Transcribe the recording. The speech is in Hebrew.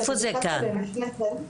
זה נהדר.